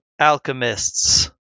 Alchemists